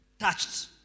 touched